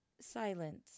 Silence